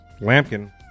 Lampkin